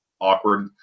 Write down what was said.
awkward